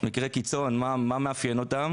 ומה שמאפיין מקרי קיצון,